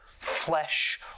flesh